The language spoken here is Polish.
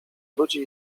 ludzi